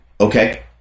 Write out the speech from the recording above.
okay